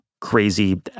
crazy